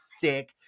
thick